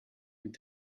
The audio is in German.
mit